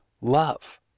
love